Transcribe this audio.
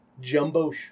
Jumbo